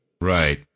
Right